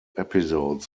episodes